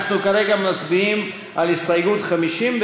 אנחנו כרגע מצביעים על הסתייגות 54,